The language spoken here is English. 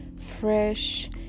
fresh